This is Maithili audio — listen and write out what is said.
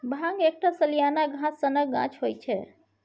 भांग एकटा सलियाना घास सनक गाछ होइ छै